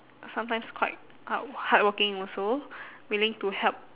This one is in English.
sometimes quite hard~ hardworking also willing to help